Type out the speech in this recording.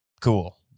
cool